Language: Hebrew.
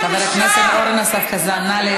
וזה בסדר.